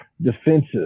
defensive